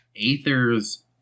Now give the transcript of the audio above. Aether's